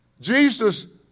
jesus